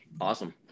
Awesome